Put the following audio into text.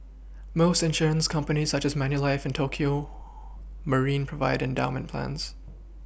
most insurance companies such as Manulife and Tokio Marine provide endowment plans